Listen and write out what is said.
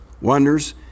wonders